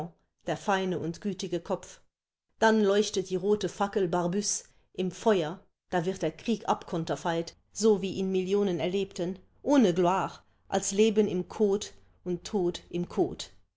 der feine und gütige kopf dann leuchtet die rote fackel barbusse im feuer da wird der krieg abkonterfeit so wie ihn millionen erlebten ohne gloire als leben im kot und tod im kot